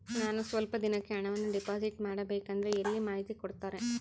ನಾನು ಸ್ವಲ್ಪ ದಿನಕ್ಕೆ ಹಣವನ್ನು ಡಿಪಾಸಿಟ್ ಮಾಡಬೇಕಂದ್ರೆ ಎಲ್ಲಿ ಮಾಹಿತಿ ಕೊಡ್ತಾರೆ?